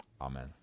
amen